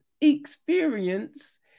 experience